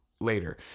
later